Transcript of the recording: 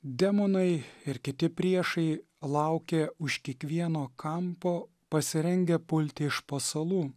demonai ir kiti priešai laukia už kiekvieno kampo pasirengę pulti iš pasalų